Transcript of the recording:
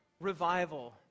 revival